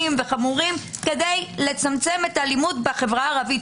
וחמורים כדי לצמצם את האלימות בחברה הערבית,